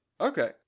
Okay